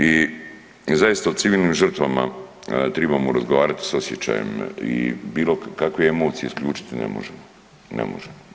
I zaista o civilnim žrtvama tribamo razgovarati sa osjećajem i bilo kakve emocije isključiti ne možemo.